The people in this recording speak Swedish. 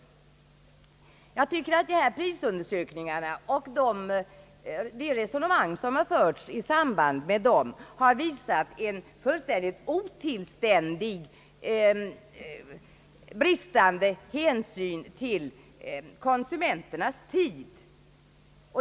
Jag tycker att prisundersökningarna och de resonemang som förts i samband med dem har visat en fullkomligt otillständig brist på hänsyn till konsumenternas tid.